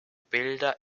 bilder